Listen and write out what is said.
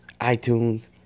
iTunes